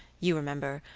you remember,